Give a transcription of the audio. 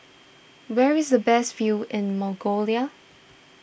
where is the best view in Mongolia